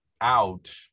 out